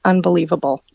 unbelievable